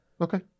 Okay